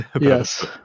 Yes